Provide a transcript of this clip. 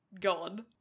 gone